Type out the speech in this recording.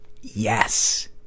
yes